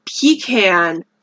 pecan